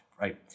right